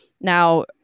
now